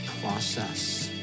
process